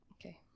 Okay